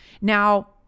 Now